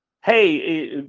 hey